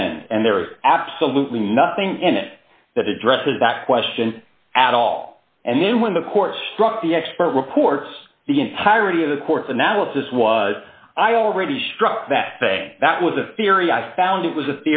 end and there is absolutely nothing in it that addresses back question at all and then when the court struck the expert reports the entirety of the court's analysis was i already struck that day that was a theory i found it was a